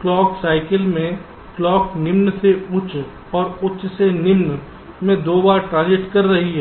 clock cycle में clock निम्न से उच्च और उच्च से निम्न में दो बार ट्रांजिट कर रही है